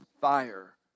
fire